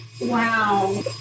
Wow